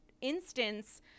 instance